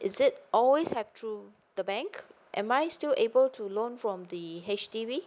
is it always have through the bank am I still able to loan from the H_D_B